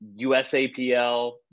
USAPL